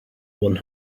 one